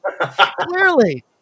Clearly